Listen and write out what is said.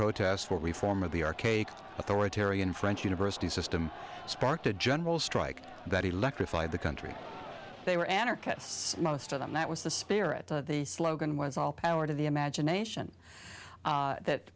protest for reform of the archaic authoritarian french university system sparked a general strike that electrified the country they were anarchists most of them that was the spirit of the slogan was all power to the imagination that